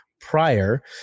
prior